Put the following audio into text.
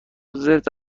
زرت